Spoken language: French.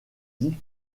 dit